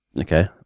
Okay